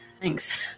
thanks